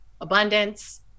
abundance